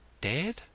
dead